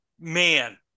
man